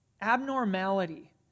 abnormality